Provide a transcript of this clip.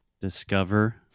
discover